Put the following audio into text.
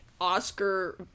oscar